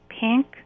pink